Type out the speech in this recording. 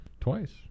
Twice